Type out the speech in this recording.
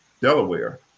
Delaware